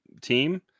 team